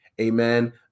Amen